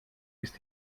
ist